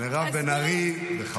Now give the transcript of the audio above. מירב בן ארי, בכבוד.